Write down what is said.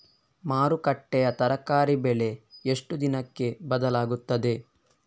ಮಾರುಕಟ್ಟೆಯ ತರಕಾರಿ ಬೆಲೆ ಎಷ್ಟು ದಿನಕ್ಕೆ ಬದಲಾಗುತ್ತದೆ?